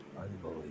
Unbelievable